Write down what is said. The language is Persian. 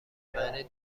مطمئن